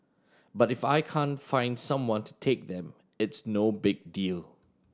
but if I can't find someone to take them it's no big deal